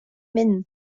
maine